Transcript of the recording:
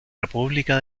república